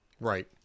Right